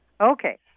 Okay